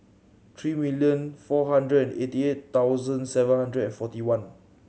three million four hundred and eighty eight thousand seven hundred and forty one